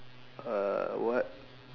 uh what